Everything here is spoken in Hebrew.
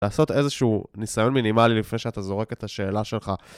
לעשות איזשהו ניסיון מינימלי לפני שאתה זורק את השאלה שלך.